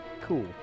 Cool